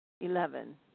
Eleven